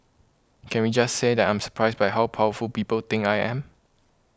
can we just say that I'm surprised by how powerful people think I am